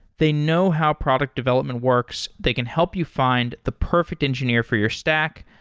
they know how product development works. they can help you find the perfect engineer for your stack,